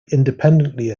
independently